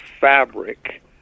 fabric